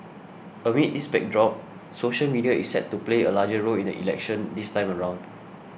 amid this backdrop social media is set to play a larger role in the election this time around